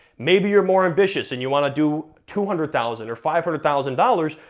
maybe you're more ambitious, and you wanna do two hundred thousand, or five hundred thousand dollars,